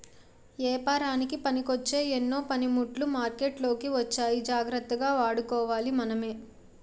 ఏపారానికి పనికొచ్చే ఎన్నో పనిముట్లు మార్కెట్లోకి వచ్చాయి జాగ్రత్తగా వాడుకోవాలి మనమే